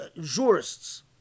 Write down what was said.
jurists